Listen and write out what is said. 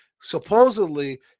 supposedly